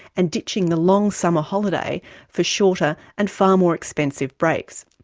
and ditching the long summer holiday for shorter, and far more expensive breaks.